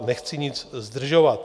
Nechci nic zdržovat.